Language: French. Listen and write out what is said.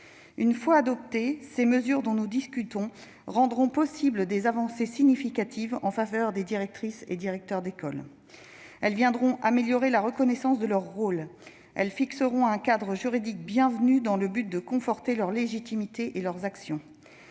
Une fois adoptées, ces mesures dont nous discutons rendront possibles des avancées significatives en faveur des directrices et directeurs d'école. Elles amélioreront la reconnaissance de leur rôle. Elles fixeront un cadre juridique bienvenu, permettant de conforter leur légitimité et leurs actions.